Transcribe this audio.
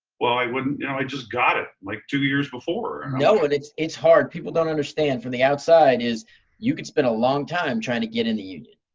well, i wouldn't, you know i just got it like two years before. no, and it's it's hard. people don't understand from the outside is you could spend a long time trying to get in the union.